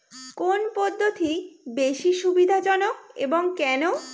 কোন পদ্ধতি বেশি সুবিধাজনক এবং কেন?